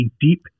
deep